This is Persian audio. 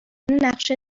نقشه